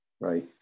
right